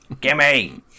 gimme